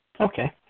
Okay